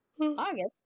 August